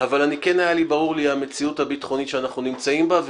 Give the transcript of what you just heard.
אבל כן הייתה ברורה לי המציאות הביטחונית שאנחנו נמצאים בה.